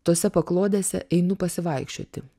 tose paklodėse einu pasivaikščioti